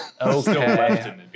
Okay